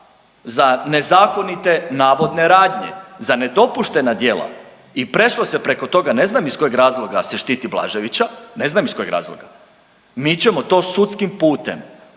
za nezakonite navodne radnje, za nedopuštena djela i prešlo se preko toga ne znam iz kojeg razloga se štiti Blaževića, ne znam iz kojeg razloga, mi ćemo to sudskim putem,